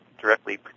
directly